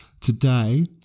today